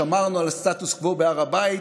שמרנו על הסטטוס קוו בהר הבית,